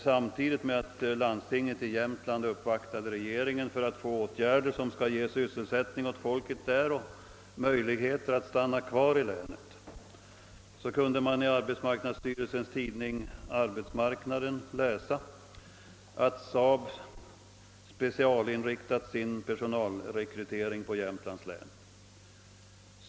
Samtidigt med att landstinget i Jämtland uppvaktat regeringen om åtgärder som kan ge sysselsättning åt folket där och möjligheter att stanna kvar i länet kunde man i arbetsmarknadsstyrelsens tidning Arbetsmarknaden läsa att SAAB specialinriktat sin personalrekrytering på Jämtlands län.